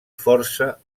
força